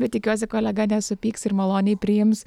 bet tikiuosi kolega nesupyks ir maloniai priims